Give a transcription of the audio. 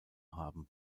haben